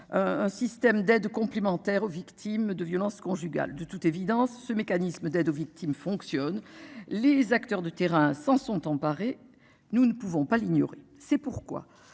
Un système d'aide complémentaire aux victimes de violences conjugales. De toute évidence ce mécanisme d'aide aux victimes fonctionne. Les acteurs de terrain s'en sont emparés. Nous ne pouvons pas l'ignorer. C'est pourquoi